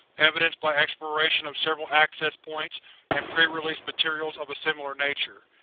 evidenced by exploration of several access points and pre-released materials of a similar nature.